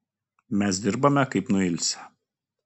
mes dirbame kaip nuilsę